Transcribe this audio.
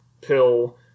pill